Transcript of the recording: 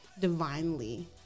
divinely